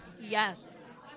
Yes